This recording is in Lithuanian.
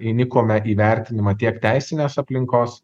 įnikome į vertinimą tiek teisinės aplinkos